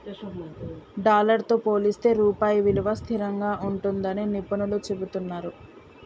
dollar తో పోలిస్తే రూపాయి విలువ స్థిరంగా ఉంటుందని నిపుణులు చెబుతున్నరు